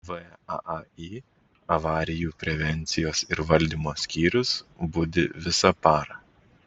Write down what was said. vaai avarijų prevencijos ir valdymo skyrius budi visą parą